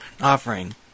offering